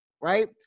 right